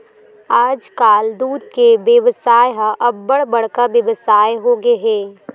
आजकाल दूद के बेवसाय ह अब्बड़ बड़का बेवसाय होगे हे